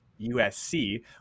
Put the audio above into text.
USC